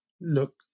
look